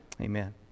Amen